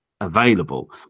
available